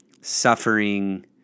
suffering